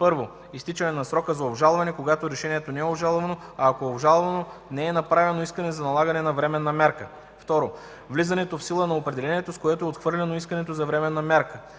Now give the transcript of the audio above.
1. изтичането на срока за обжалване – когато решението не е обжалвано, а ако е обжалвано – не е направено искане за налагане на временна мярка; 2. влизането в сила на определението, с което е отхвърлено искането за временна мярка;